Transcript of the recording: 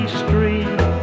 street